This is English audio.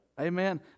Amen